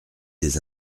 des